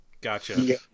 Gotcha